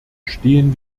stehen